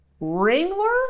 Ringler